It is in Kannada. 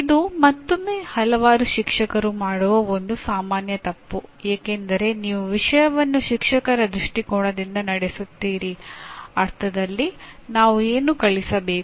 ಇದು ಮತ್ತೊಮ್ಮೆ ಹಲವಾರು ಶಿಕ್ಷಕರು ಮಾಡುವ ಒಂದು ಸಾಮಾನ್ಯ ತಪ್ಪು ಏಕೆಂದರೆ ನೀವು ವಿಷಯವನ್ನು ಶಿಕ್ಷಕರ ದೃಷ್ಟಿಕೋನದಿಂದ ನೋಡುತ್ತೀರಿ ಅರ್ಥದಲ್ಲಿ ನಾನು ಏನು ಕಲಿಸಬೇಕು